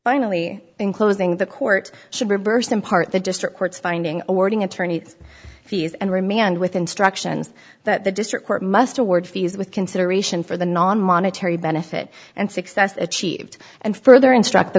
finally in closing the court should reverse in part the district court's finding awarding attorneys fees and remand with instructions that the district court must award fees with consideration for the non monetary benefit and success achieved and further instruct